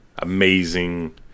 amazing